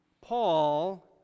Paul